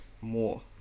more